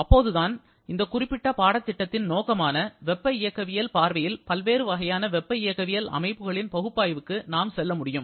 அப்போதுதான் இந்த குறிப்பிட்ட பாடத்திட்டத்தின் நோக்கமான வெப்ப இயக்கவியல் பார்வையில் பல்வேறு வகையான வெப்ப இயக்கவியல் அமைப்புகளின் பகுப்பாய்விற்கு நாம் செல்ல முடியும்